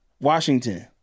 Washington